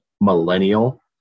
millennial